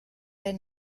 der